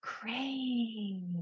great